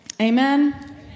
Amen